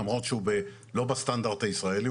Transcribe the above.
למרות שהוא לא בסטנדרט הישראלי,